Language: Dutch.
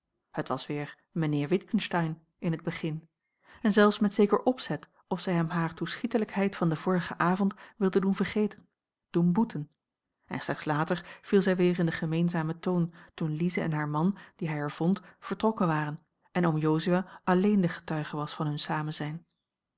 het was weer mijnheer witgensteyn in het begin en zelfs met zeker opzet of zij hem hare toeschietelijkheid van den vorigen avond wilde doen vergeten doen boeten en slechts later viel zij weer in den gemeenzamen toon toen lize en haar man die hij er vond vertrokken waren en oom jozua alleen de getuige was van hun samenzijn